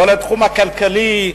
לא לתחום הכלכלי,